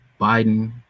Biden